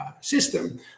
system